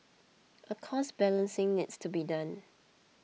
a cost balancing needs to be done